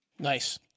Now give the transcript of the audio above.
Nice